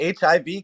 HIV